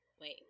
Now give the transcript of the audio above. Wait